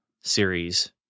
series